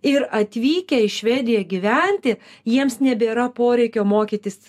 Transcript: ir atvykę į švediją gyventi jiems nebėra poreikio mokytis